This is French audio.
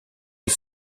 est